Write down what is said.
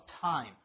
time